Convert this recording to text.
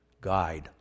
guide